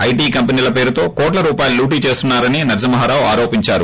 IT కంపెనీల పేరుతో కోట్ల రూపాయలు లూటీ చేస్తున్నా రని నరసింహారావు ఆరోపించారు